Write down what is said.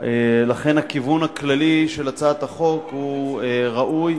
לכן הכיוון הכללי של הצעת החוק הוא ראוי.